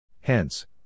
Hence